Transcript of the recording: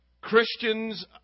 Christians